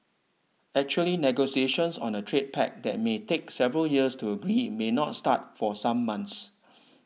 actually negotiations on a trade pact that may take several years to agree may not start for some months